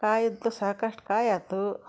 ಕಾಯ್ದು ಸಾಕಷ್ಟು ಕಾಯಿ ಆಯ್ತು